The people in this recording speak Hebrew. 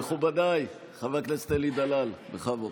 מכובדיי, חבר הכנסת אלי דלל, בכבוד.